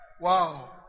Wow